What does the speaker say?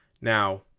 Now